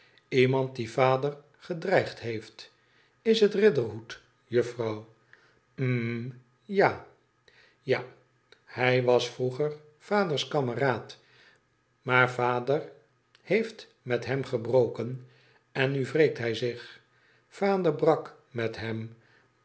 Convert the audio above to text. iemand die vader gedreigd heeft is het riderhood juffrouw hm ja ja hij was vroeger vaders kameraad maar vader heeft met hem gebroken en nu wreekt hij zich vader brak met hem